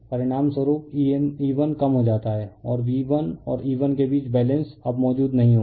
परिणामस्वरूप E1 कम हो जाता है और V1 और E1 के बीच बैलेंस अब मौजूद नहीं होगा